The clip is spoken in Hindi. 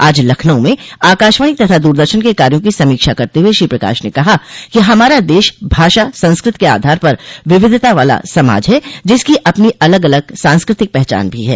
आज लखनऊ में आकाशवाणी तथा दूरदर्शन के कार्यो की समीक्षा करते हुए श्री प्रकाश ने कहा कि हमारा देश भाषा संस्कृत के आधार पर विविधता वाला समाज ह जिसकी अपनी अलग अलग सांस्कृतिक पहचान भी है